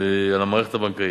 ועל המערכת הבנקאית.